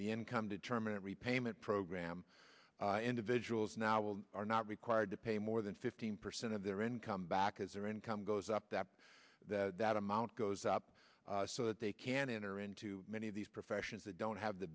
the income determinant repayment program individuals now will are not required to pay more than fifteen percent of their income back as their income goes up that that amount goes up so that they can enter into many of these professions that don't have the